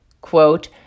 quote